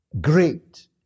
great